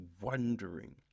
wondering